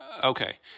Okay